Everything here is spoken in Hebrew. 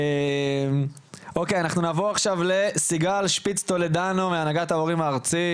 אנחנו נעבור עכשיו לסיגל שפיץ טולדנו מהנהגת ההורים הארצית.